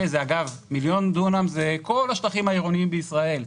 אגב מיליון דונם זה כל השטחים העירוניים בישראל,